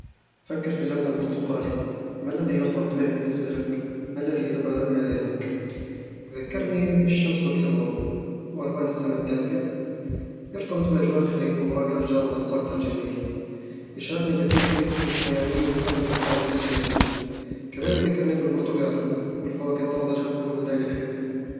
فكر في اللون البرتقالي. ما الذي يرتبط به بالنسبة لك؟ ما الذي يتبادر إلى ذهنك؟ يذكرني بالشمس وقت الغروب، وألوان السماء الدافئة يرتبط بأجواء الخريف وأوراق الأشجار المتساقطة الجميلة يُشعرني بالدفء والحيوية والأمل والطاقة الإيجابية كمان يذكرني بالبرتقالة والفواكه الطازجة والمذاق الحلو